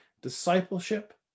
discipleship